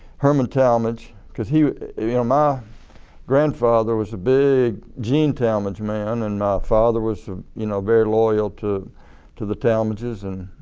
herman talmadge because he you know my grandfather was a big gene talmadge man and my father was you know very loyal to to the talmadges and